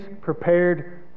prepared